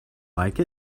like